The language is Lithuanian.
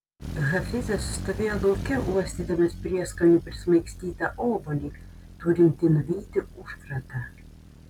hafizas stovėjo lauke uostydamas prieskonių prismaigstytą obuolį turintį nuvyti užkratą